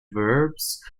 verbs